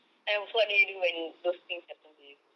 ah ya so what did you do when those things happened to you